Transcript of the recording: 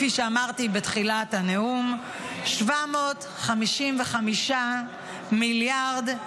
כפי שאמרתי בתחילת הנאום: 755 מיליארד,